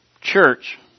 church